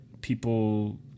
people